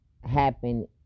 happen